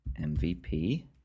MVP